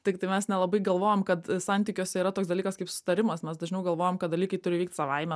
tiktai mes nelabai galvojam kad santykiuose yra toks dalykas kaip susitarimas mes dažniau galvojam kad dalykai turi vykt savaime